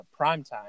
primetime